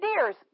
deers